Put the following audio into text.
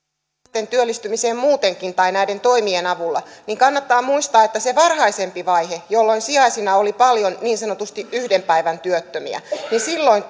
sijaisten työllistymiseen muutenkin tai näiden toimien avulla niin kannattaa muistaa että siinä varhaisemmassa vaiheessa jolloin sijaisena oli paljon niin sanotusti yhden päivän työttömiä niin silloin